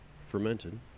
fermented